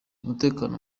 umutekano